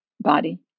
body